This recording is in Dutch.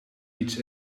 iets